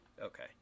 okay